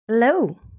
Hello